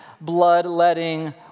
bloodletting